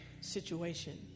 situation